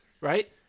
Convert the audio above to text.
right